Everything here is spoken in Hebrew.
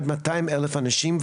עד מאתיים אלף אנשים.